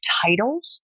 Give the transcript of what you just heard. titles